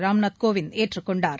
ராம் நாத் கோவிந்த் ஏற்றுக் கொண்டார்